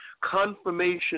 Confirmation